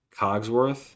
Cogsworth